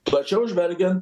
plačiau žvelgiant